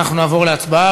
אנחנו נעבור להצבעה,